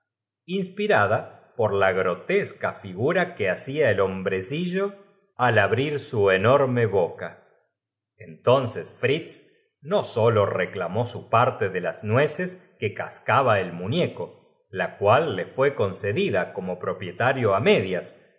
inspirada por la grotesca figura que hacia el hombrecillo al abrir su enorme boca entonces frilz no sólo rede aquella criatura las nueces más pe clamó su parte de las nueces quo cascaba queñas á fin de que su protegido no tu el muñeco la cual le fue concedida como viese que abrir desmesuradamente la bo propietario á medias